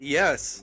yes